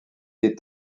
des